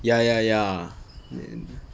ya ya ya